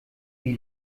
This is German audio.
wie